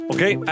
Okay